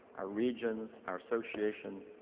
our regions, our association,